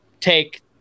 take